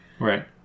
Right